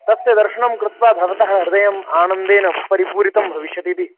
तस्य दर्शनं कृत्वा भवतः हृदयम् आनन्देन परिपूरितं भविष्यतीति